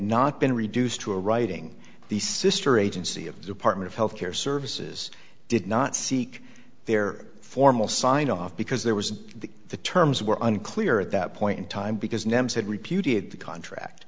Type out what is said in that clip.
not been reduced to a writing the sister agency of the department of health care services did not seek their formal signed off because there was the the terms were unclear at that point in time because